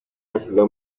hashyizweho